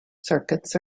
circuits